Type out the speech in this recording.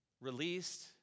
released